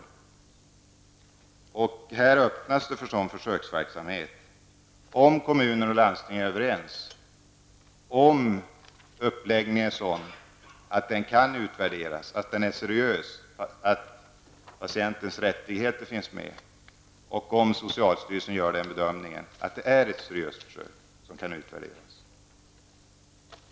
Det öppnas här möjligheter för sådan försöksverksamhet, om kommuner och landsting är överens, om patientens rättigheter finns med och om socialstyrelsen gör den bedömningen att det är fråga om ett seriöst försök, som kan utvärderas.